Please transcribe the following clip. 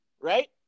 right